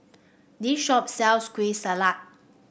this shop sells Kueh Salat